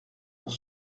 pour